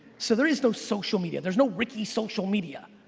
so there is no social media, there is no ricky social media.